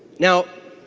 now